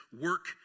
work